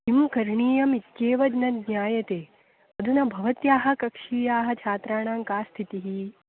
किं करणीयमित्येव न ज्ञायते अधुना भवत्याः कक्षीयाः छात्राणां का स्थितिः